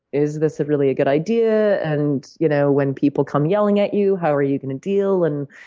is this really a good idea? and, you know when people come yelling at you, how are you gonna deal? and,